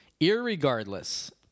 Irregardless